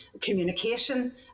communication